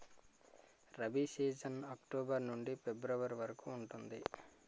rabi season October నుండి February వరకు ఉంటుంది